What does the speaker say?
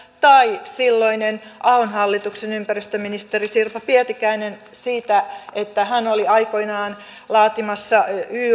tai silloinen ahon hallituksen ympäristöministeri sirpa pietikäinen siitä että hän oli aikoinaan laatimassa